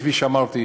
וכפי שאמרתי,